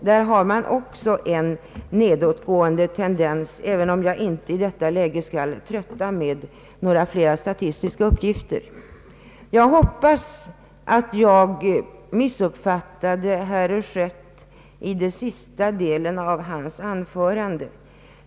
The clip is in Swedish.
Också här kan man konstatera en nedåtgående tendens, även om jag i detta läge inte skall trötta med några flera statistiska uppgifter. Jag hoppas att jag missuppfattade sista delen av herr Schötts anförande.